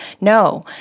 No